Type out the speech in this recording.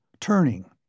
turning